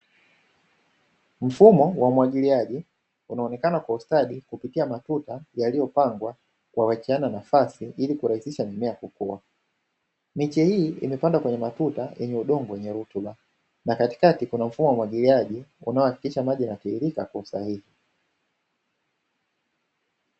Mfumo wa umwagiliaji unaonekana kwa ustadi kupitia matuta, yaliyopangwa kwa kuachiana nafasi ili kurahisisha mimea kukua, Miche hii imepandwa kwenye matuta yenye udongo wenye rutuba, na katikati kuna mfumo wa umwagiliaji unao hakikisha maji yanatiririka kwa usahihi.